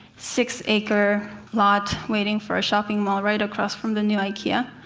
six-acre lot waiting for a shopping mall right across from the new ikea.